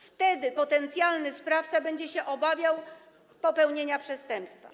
Wtedy potencjalny sprawca będzie się obawiał popełnienia przestępstwa.